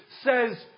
says